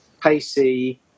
pacey